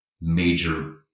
major